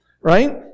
right